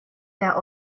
der